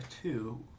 two